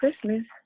Christmas